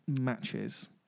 matches